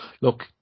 look